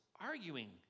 arguing